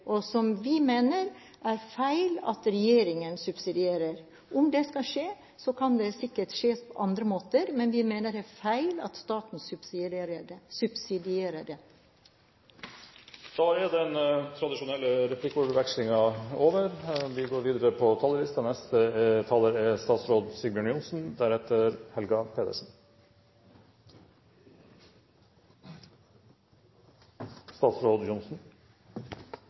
bygging av skogsbilveier mener vi var feil av regjeringen. Om det skal skje, kan det sikkert skje på andre måter, men vi mener det er feil at staten subsidierer det. Replikkordskiftet er dermed slutt. Økonomisk politikk handler om tillit og trygghet. Når tilliten svekkes, rammes tryggheten. Det er